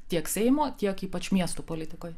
tiek seimo tiek ypač miestų politikoj